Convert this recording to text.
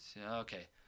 okay